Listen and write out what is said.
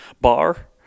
Bar